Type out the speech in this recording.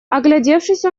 оглядевшись